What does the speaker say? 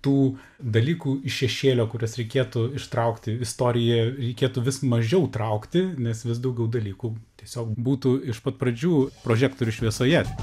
tų dalykų iš šešėlio kuriuos reikėtų ištraukti istorijoje reikėtų vis mažiau traukti nes vis daugiau dalykų tiesiog būtų iš pat pradžių prožektorių šviesoje